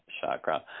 chakra